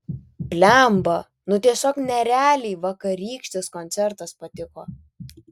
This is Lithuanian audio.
blemba nu tiesiog nerealiai vakarykštis koncertas patiko